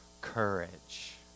courage